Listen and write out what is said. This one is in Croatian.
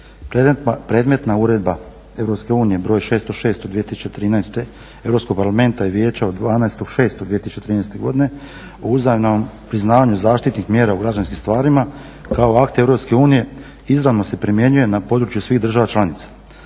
Predmetna Uredba Europske unije broj 606 od 2013. Europskog parlamenta i Vijeća od 12.6.2013. godine o uzajamnom priznavanju zaštitnih mjera u građanskim stvarima kao akt Europske unije izravno se primjenjuje na području svih država članica,